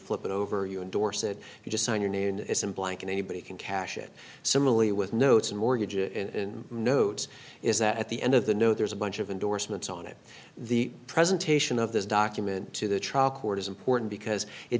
flip it over you endorse it you just sign your name isn't blank and anybody can cash it similarly with notes and mortgages and notes is that at the end of the know there's a bunch of endorsements on it the presentation of this document to the trial court is important because it